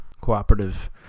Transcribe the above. cooperative